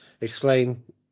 explain